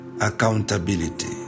accountability